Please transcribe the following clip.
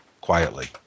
quietly